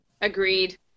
Agreed